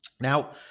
Now